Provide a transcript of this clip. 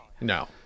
No